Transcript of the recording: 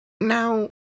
Now